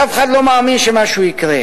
כי אף אחד לא מאמין שמשהו יקרה.